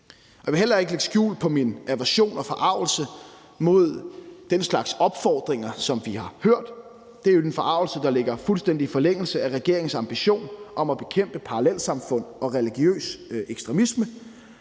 Jeg vil heller ikke lægge skjul på min aversion mod og forargelse over den slags opfordringer, som vi har hørt. Det er i øvrigt en forargelse, der ligger fuldstændig i forlængelse af regeringens ambition om at bekæmpe parallelsamfund og religiøs ekstremisme.